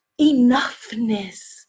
enoughness